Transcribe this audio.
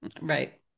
Right